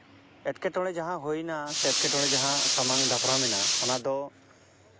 ᱮᱴᱠᱮᱴᱬᱮ ᱡᱟᱦᱟᱸ ᱦᱩᱭᱱᱟ ᱮᱴᱠᱮᱴᱚᱬᱮ ᱡᱟᱦᱟᱸ ᱥᱟᱢᱟᱝ ᱫᱟᱯᱨᱟᱢ ᱮᱱᱟ ᱚᱱᱟ ᱫᱚ